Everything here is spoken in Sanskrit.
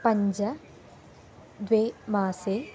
पञ्च द्वे मासे